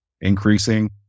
increasing